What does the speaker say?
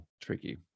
tricky